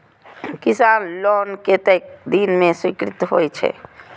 किसान लोन कतेक दिन में स्वीकृत होई छै?